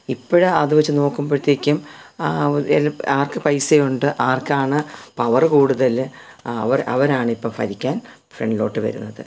ഇപ്പോൾ അത് വെച്ച് നോക്കുമ്പോഴ്ത്തേക്കും എൽ ആർക്ക് പൈസയുണ്ട് ആർക്കാണ് പവറ് കൂടുതൽ അവർ അവരാണിപ്പം ഭരിക്കാൻ ഫ്രണ്ടിലോട്ട് വരുന്നത്